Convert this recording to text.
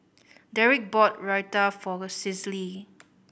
Deric bought Raita for Cicely